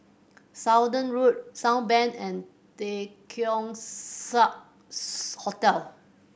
Saunders Road Southbank and The Keong Saiks Hotel